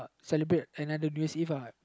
celebrate another New Year's Eve lah